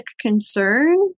concern